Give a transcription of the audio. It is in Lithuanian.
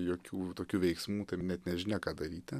jokių tokių veiksmų net nežinia ką daryti